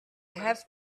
have